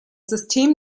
system